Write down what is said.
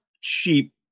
cheap